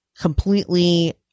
completely